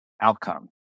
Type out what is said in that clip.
outcome